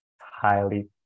highly